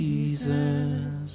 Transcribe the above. Jesus